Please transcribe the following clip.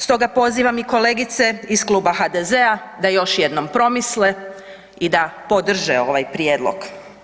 Stoga pozivam i kolegice iz kluba HDZ-a da još jednom promisle i da podrže ovaj prijedlog.